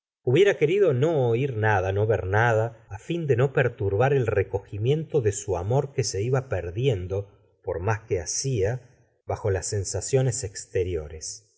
hubiera querido no oir nada no ver nada á fin de no perturbar el recogimiento de su amor que se iba perdiendo por más que hacia bajo las sensaciones exteriores